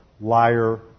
liar